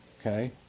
Okay